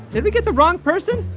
did we get the wrong person?